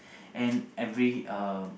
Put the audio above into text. and every um